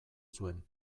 zuen